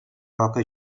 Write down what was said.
roca